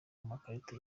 amakarita